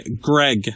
Greg